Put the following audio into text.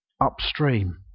upstream